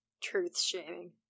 Truth-shaming